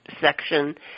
section